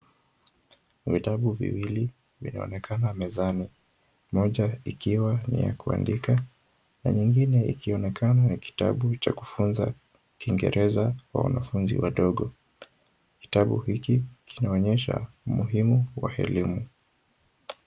Vitabu viwili vinaonekana mezani, moja ikiwa ni ya kuandika, na nyingine ikionekana ni kitabu cha kufunza kingereza kwa wanafunzi wadogo. Kitabu hiki kinaonyesha umuhimu wa elimu.